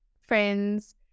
friends